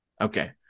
Okay